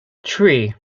three